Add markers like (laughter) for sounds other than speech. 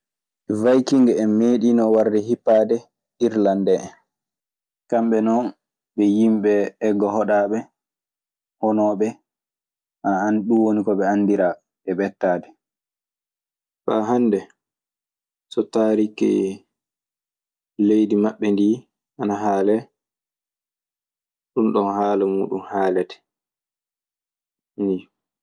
Waykinhen meɗinon warde hipade e irlandehen. Kamɓe non, ɓe yimɓe eggahoɗaaɓe, honooɓe. Ɗun woni ko ɓe anndiraa e ɓettaade. Faa hannde so taariki leydi maɓɓe ndii ana haalee, ɗunɗon haala muuɗun haalete. (unintelligible)